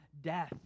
death